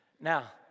Now